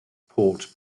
port